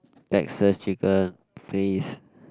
Texas chicken please